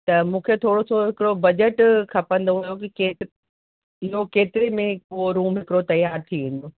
त मूंखे थोरो सो हिकिड़ो बजट खपंदो हुयो की के इहे केतिरे में उहो रूम हिकिड़ो तयार थी वेंदो